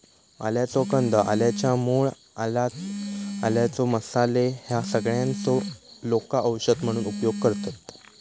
आल्याचो कंद, आल्याच्या मूळ, आला, आल्याचे मसाले ह्या सगळ्यांचो लोका औषध म्हणून उपयोग करतत